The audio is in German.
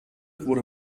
wurde